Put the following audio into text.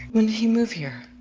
when did he move here?